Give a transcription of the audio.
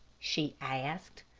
she asked.